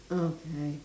okay